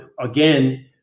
Again